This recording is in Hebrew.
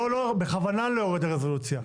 לא, אני בכוונה לא יורד לרזולוציה.